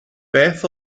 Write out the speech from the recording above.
beth